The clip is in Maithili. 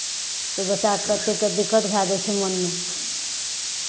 तऽ ओहि बच्चाकेँ कतेककेँ दिक्कत भए जाइ छै मनमे